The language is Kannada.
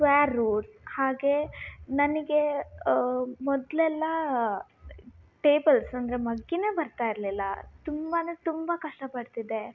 ಸ್ಕ್ವಾರ್ ರೂಟ್ ಹಾಗೆ ನನಗೆ ಮೊದಲೆಲ್ಲ ಟೇಬಲ್ಸ್ ಅಂದರೆ ಮಗ್ಗಿನೆ ಬರ್ತಾ ಇರಲಿಲ್ಲ ತುಂಬ ಅಂದರೆ ತುಂಬ ಕಷ್ಟ ಪಡ್ತಿದ್ದೆ